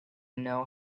know